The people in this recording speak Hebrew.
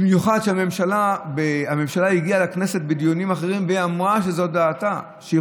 במיוחד כי הממשלה הגיעה לכנסת בדיונים אחרים והיא אמרה שזו דעתה,